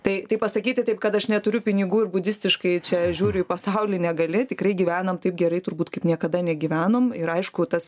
tai tai pasakyti taip kad aš neturiu pinigų ir budistiškai čia žiūriu į pasaulį negali tikrai gyvenam taip gerai turbūt kaip niekada negyvenom ir aišku tas